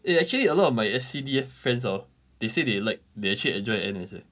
eh actually a lot of my S_C_D_F friends orh they say they like they actually enjoyed their N_S eh